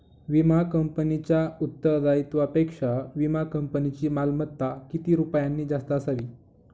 विमा कंपनीच्या उत्तरदायित्वापेक्षा विमा कंपनीची मालमत्ता किती रुपयांनी जास्त असावी?